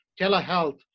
telehealth